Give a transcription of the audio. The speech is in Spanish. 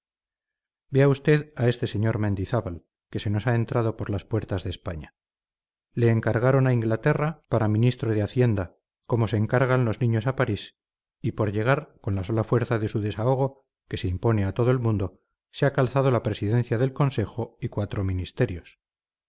vea usted a este señor mendizábal que se nos ha entrado por las puertas de españa le encargaron a inglaterra para ministro de hacienda como se encargan los niños a parís y por llegar con la sola fuerza de su desahogo que se impone a todo el mundo se ha calzado la presidencia del consejo y cuatro ministerios